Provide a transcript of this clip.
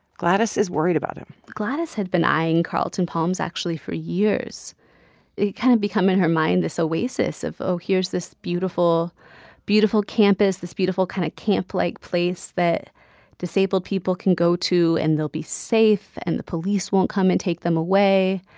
gladys is worried about him gladys had been eyeing carlton palms, actually, for years. it'd kind of become, in her mind, this oasis of, oh, here's this beautiful beautiful campus, this beautiful kind of camp-like place that disabled people can go to, and they'll be safe. and the police won't come and take them away.